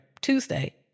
Tuesday